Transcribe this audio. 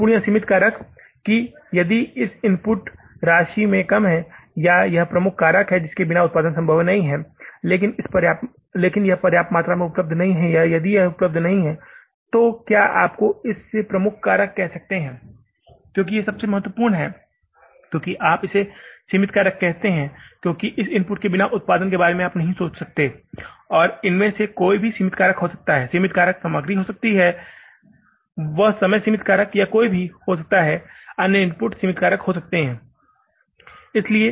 महत्वपूर्ण या सीमित कारक कि यदि कुछ इनपुट राशि में कम है या यह प्रमुख कारक है जिसके बिना उत्पादन संभव नहीं है लेकिन यह पर्याप्त मात्रा में उपलब्ध नहीं है यदि यह उपलब्ध नहीं है तो क्या आपको इसे प्रमुख कारक कह सकते है क्योंकि यह सबसे महत्वपूर्ण है क्योंकि आप इसे सीमित कारक कहते हैं क्योंकि इस इनपुट के बिना उत्पादन के बारे में आप सोच भी नहीं सकते हैं और इनमें से कोई भी सीमित कारक हो सकता है सामग्री सीमित कारक हो सकती है वह समय सीमित कारक या कोई भी हो सकता है अन्य इनपुट सीमित कारक हो सकता है